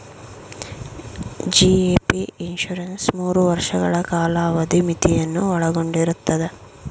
GAP insurance ಮೂರು ವರ್ಷಗಳ ಕಾಲಾವಧಿ ಮಿತಿಯನ್ನು ಒಳಗೊಂಡಿರುತ್ತದೆ